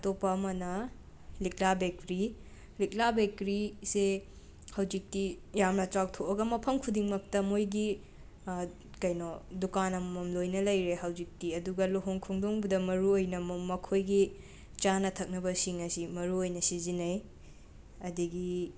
ꯑꯇꯣꯞꯄ ꯑꯃꯅ ꯂꯤꯛꯂꯥ ꯕꯦꯀꯔꯤ ꯂꯤꯛꯂꯥ ꯕꯦꯀꯔꯤ ꯁꯦ ꯍꯧꯖꯤꯛꯇꯤ ꯌꯥꯝꯅ ꯆꯥꯎꯊꯣꯛꯑꯒ ꯃꯐꯝ ꯈꯨꯗꯤꯡꯃꯛꯇ ꯃꯣꯏꯒꯤ ꯀꯩꯅꯣ ꯗꯨꯀꯥꯟ ꯑꯃꯃꯝ ꯂꯣꯏꯅ ꯂꯩꯔꯦ ꯍꯧꯖꯤꯛꯇꯤ ꯑꯗꯨꯒ ꯂꯨꯍꯣꯡ ꯈꯣꯡꯗꯣꯡꯕꯗ ꯃꯔꯨꯑꯣꯏꯅ ꯃꯨ ꯃꯈꯣꯏꯒꯤ ꯆꯥꯅ ꯊꯛꯅꯕꯁꯤꯡ ꯑꯁꯤ ꯃꯔꯨꯑꯣꯏꯅ ꯁꯤꯖꯤꯟꯅꯩ ꯑꯗꯒꯤ